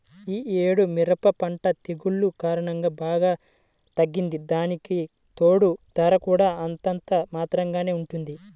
యీ యేడు మిరప పంట తెగుల్ల కారణంగా బాగా తగ్గింది, దానికితోడూ ధర కూడా అంతంత మాత్రంగానే ఉంది